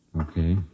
Okay